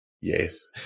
Yes